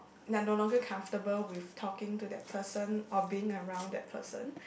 you're no longer comfortable with talking to that person or being around that person